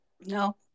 no